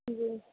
جی